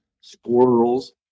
squirrels